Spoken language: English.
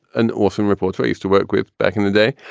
an awesome reporter used to work with back in the day.